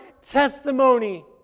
testimony